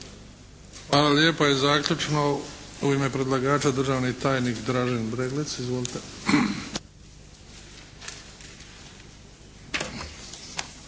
Hvala lijepa. I zaključno u ime predlagača državni tajnik Dražene Breglec. Izvolite!